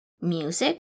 music